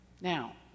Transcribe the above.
Now